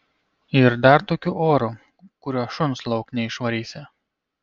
ir dar tokiu oru kuriuo šuns lauk neišvarysi